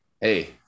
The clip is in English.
Hey